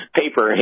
paper